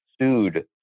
sued